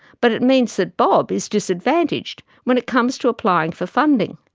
but it means that bob is disadvantaged when it comes to applying for funding.